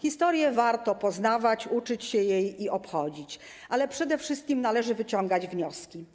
Historię warto poznawać, uczyć się jej i obchodzić rocznice, ale przede wszystkim należy wyciągać wnioski.